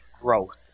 growth